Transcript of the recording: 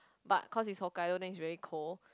but cause is Hokkaido then it's very cold